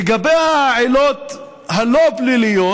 לגבי העילות הלא-פליליות,